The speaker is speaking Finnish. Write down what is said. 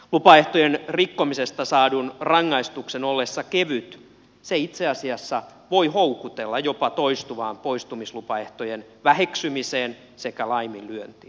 lupaehtojen rikkomisesta saadun rangaistuksen ollessa kevyt se itse asiassa voi houkutella jopa toistuvaan poistumislupaehtojen väheksymiseen sekä laiminlyöntiin